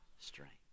strength